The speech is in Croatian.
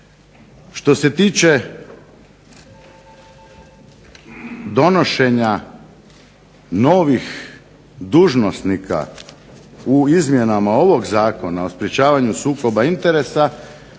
Što se tiče donošenja novih dužnosnika u izmjenama ovog zakona o sprečavanju sukoba interesa,